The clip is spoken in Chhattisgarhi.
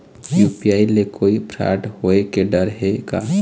यू.पी.आई ले कोई फ्रॉड होए के डर हे का?